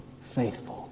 faithful